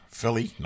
Philly